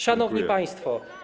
Szanowni Państwo!